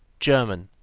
german,